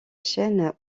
chaîne